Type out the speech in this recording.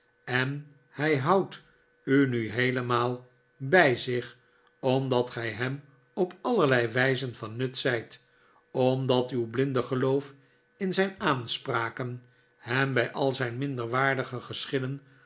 en hij houdt u nu heelemaal bij zich omdat gij hem op allerlei wijzen van nut zijt omdat uw blinde geloof in zijn aanspraken hem bij al zijn minderwaardige geschillen